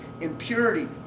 impurity